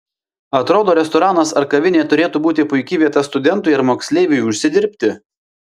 atrodo restoranas ar kavinė turėtų būti puiki vieta studentui ar moksleiviui užsidirbti